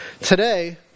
Today